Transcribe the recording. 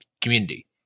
community